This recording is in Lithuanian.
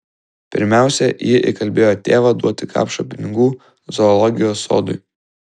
pirmiausia ji įkalbėjo tėvą duoti kapšą pinigų zoologijos sodui